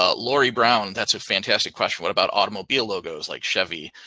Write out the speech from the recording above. ah laurie brown. that's a fantastic question. what about automobile logos like chevy?